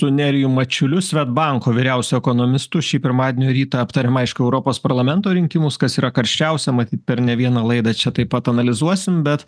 su nerijum mačiuliu swedbanko vyriausiu ekonomistu šį pirmadienio rytą aptariam aišku europos parlamento rinkimus kas yra karščiausia matyt per ne vieną laidą čia taip pat analizuosim bet